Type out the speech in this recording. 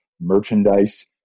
merchandise